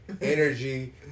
energy